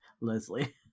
Leslie